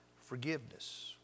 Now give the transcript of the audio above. forgiveness